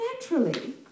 naturally